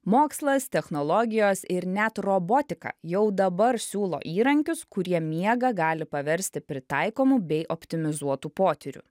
mokslas technologijos ir net robotika jau dabar siūlo įrankius kurie miegą gali paversti pritaikomu bei optimizuotu potyriu